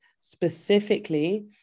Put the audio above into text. specifically